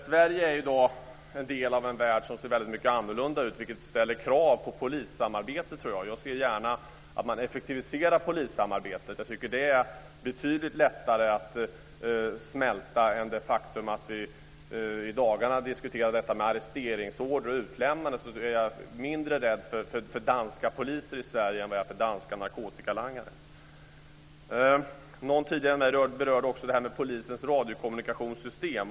Sverige är i dag en del av en värld som ser mycket annorlunda ut. Det ställer krav på polissamarbete. Jag ser gärna att man effektiviserar polissamarbetet. Det är betydligt lättare att smälta än det faktum att vi i dagarna diskuterar arresteringsorder och utlämnande. Jag är mindre rädd för danska poliser i Sverige än för danska narkotikalangare. Någon tidigare talare berörde också polisens radiokommunikationssystem.